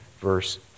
verse